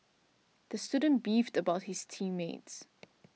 the student beefed about his team mates